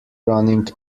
running